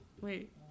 Wait